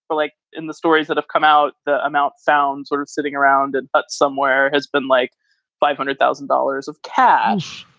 but like in the stories that have come out, that amount sounds sort of sitting around, and but somewhere has been like five hundred thousand dollars of cash,